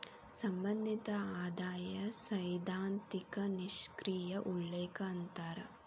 ಸಂಬಂಧಿತ ಆದಾಯ ಸೈದ್ಧಾಂತಿಕ ನಿಷ್ಕ್ರಿಯ ಉಲ್ಲೇಖ ಅಂತಾರ